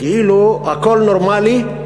כאילו הכול נורמלי,